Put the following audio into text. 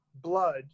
blood